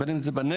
בין אם זה בנגב,